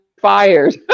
fired